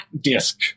disc